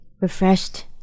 refreshed